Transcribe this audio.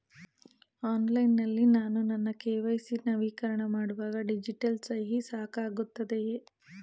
Online ನಲ್ಲಿ ನಾನು ನನ್ನ ಕೆ.ವೈ.ಸಿ ನವೀಕರಣ ಮಾಡುವಾಗ ಡಿಜಿಟಲ್ ಸಹಿ ಸಾಕಾಗುತ್ತದೆಯೇ?